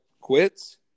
quits